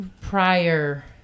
prior